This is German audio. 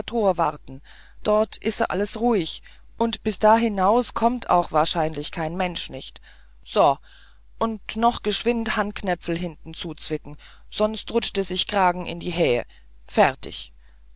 warten dorten ise alles ruhig und bis da hinaus kommt auch haarscheinlich kein mensch nicht so und noch geschwind handknäpfel hinten zuzwicken sunst rutscht e sich kragen in die hähe fertig